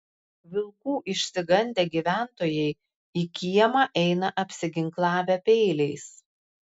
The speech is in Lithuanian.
vilkų išsigandę gyventojai į kiemą eina apsiginklavę peiliais